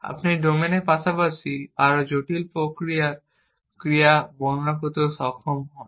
আপনি ডোমেনের পাশাপাশি আরও জটিল প্রকৃতির ক্রিয়া বর্ণনা করতে সক্ষম হন